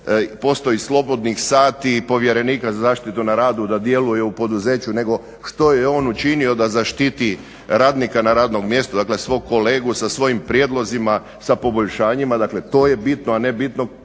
postoji slobodnih sati i povjerenika za zaštitu na radu da djeluje u poduzeću nego što je on učinio da zaštiti radnika na radnom mjestu, dakle svog kolegu sa svojim prijedlozima, sa poboljšanjima. Dakle, to je bitno a ne da